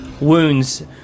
wounds